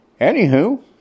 Anywho